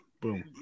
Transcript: Boom